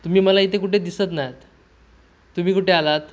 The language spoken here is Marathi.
तुम्ही मला इथे कुठे दिसत नाही आहात तुम्ही कुठे आलात